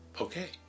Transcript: okay